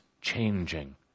changing